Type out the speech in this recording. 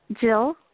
Jill